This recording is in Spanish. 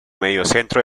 mediocentro